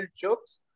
jokes